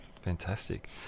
fantastic